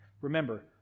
remember